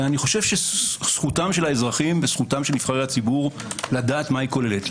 אני חושבת שזכותם של האזרחים לדעת מה היא כוללת.